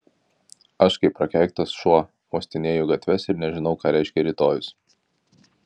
aš kaip prakeiktas šuo uostinėju gatves ir nežinau ką reiškia rytojus